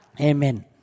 Amen